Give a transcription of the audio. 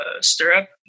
stirrup